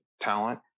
talent